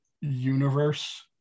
universe